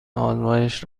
آزمایش